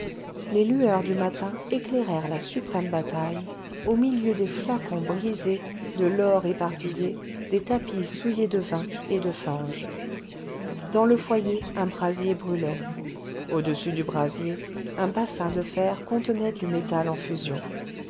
les lueurs du matin éclairèrent la suprême bataille au milieu des flacons brisés de l'or éparpillé des tapis souillés de vin et de fange dans le foyer un brasier brûlait au-dessus du brasier un bassin de fer contenait du métal en fusion